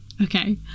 okay